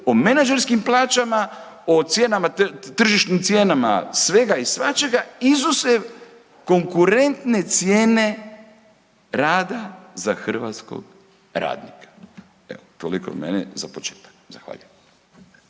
o menadžerskim plaćama o tržišnim cijenama svega i svačega izuzev konkurentne cijene rada za hrvatskog radnika. Evo toliko od mene za početak. Zahvaljujem.